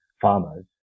farmers